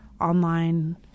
online